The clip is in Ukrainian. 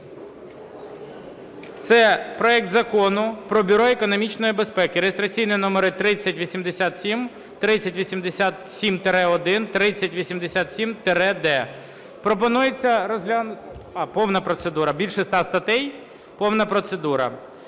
Це проект Закону про Бюро економічної безпеки (реєстраційні номери 3087, 3087-1, 3087-д). Пропонується розглянути… А, повна процедура, більше ста статей – повна процедура.